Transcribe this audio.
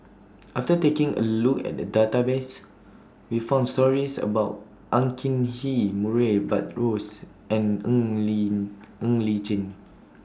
after taking A Look At The Database We found stories about Ang Hin Kee Murray Buttrose and Ng Li Chin